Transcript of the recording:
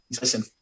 listen